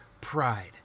pride